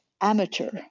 amateur